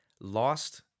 lost